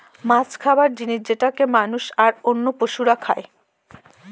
মাছ খাবার জিনিস যেটাকে মানুষ, আর অন্য পশুরা খাই